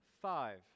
Five